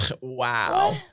Wow